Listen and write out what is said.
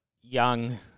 young